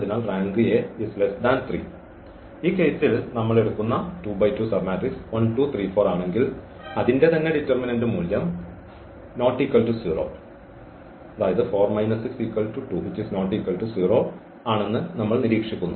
അതിനാൽ rank A 3 ഈ കേസിൽ നമ്മൾ എടുക്കുന്ന 2 × 2 സബ്മമാട്രിക്സ് 1 2 3 4 ആണെങ്കിൽ അതിൻറെ തന്നെ ഡിറ്റർമിനന്റ് മൂല്യം 4 6 2≠ 0 ആണെന്ന് നമ്മൾ നിരീക്ഷിക്കുന്നു